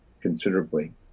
considerably